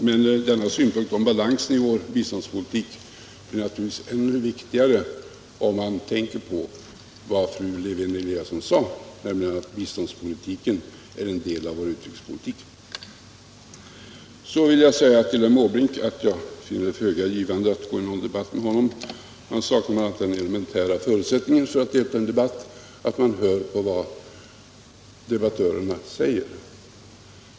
Men synpunkten om obalansen i vår biståndspolitik blir naturligtvis ännu viktigare om man tänker på vad fru Lewén-Eliasson sade, nämligen att biståndspolitiken är en del av vår utrikespolitik. Till herr Måbrink vill jag säga att jag finner det föga givande att gå i någon debatt med honom. Herr Måbrink saknar bl. a, den elementära förutsättningen för att delta i en debatt — att höra på vad debattörerna säger.